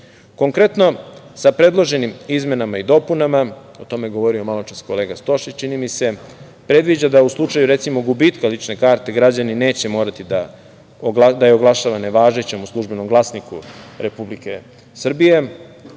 društva. Konkretno, sa predloženim izmenama i dopunama, a tome je govorio malopre kolega Stošić, čini mi se, predviđa da u slučaju gubitka lične karte, građani neće morati da je oglašava nevažećom u Službenom glasniku Republike Srbije,